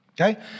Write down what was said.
okay